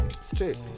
straight